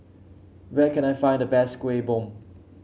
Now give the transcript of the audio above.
where can I find the best Kueh Bom